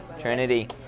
Trinity